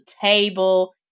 table